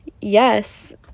yes